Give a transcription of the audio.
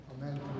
Amen